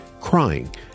crying